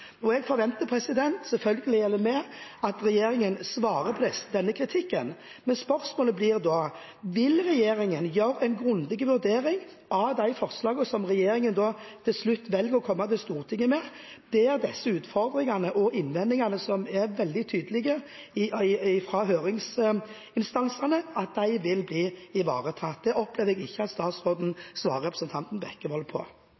forventer selvfølgelig at regjeringen svarer på denne kritikken. Men spørsmålet blir da: Vil regjeringen gjøre en grundig vurdering av de forslagene som regjeringen til slutt velger å komme til Stortinget med, der disse utfordringene og innvendingene, som er veldig tydelige fra høringsinstansene, vil bli ivaretatt? Det opplever jeg ikke at statsråden svarer representanten Bekkevold på.